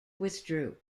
withdrew